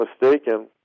mistaken